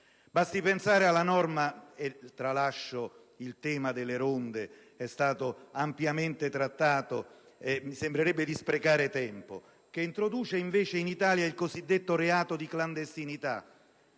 Basti pensare alla norma (tralascio il tema delle ronde, ampiamente trattato, perché mi sembrerebbe di sprecare tempo) che introduce in Italia il cosiddetto reato di clandestinità.